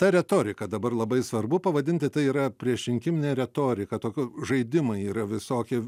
ta retorika dabar labai svarbu pavadinti tai yra priešrinkiminė retorika tokiu žaidimai yra visokie